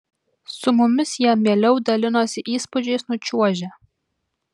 su mumis jie mieliau dalinosi įspūdžiais nučiuožę